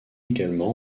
également